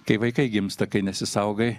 kai vaikai gimsta kai nesisaugai